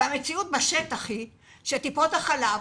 אבל המציאות בשטח היא שטיפות החלב